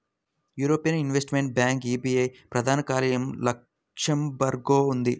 European investment bank EIB ప్రధాన కార్యాలయం లక్సెంబర్గ్లో ఉంది